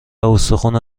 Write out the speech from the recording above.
استخون